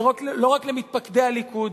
לא רק למתפקדי הליכוד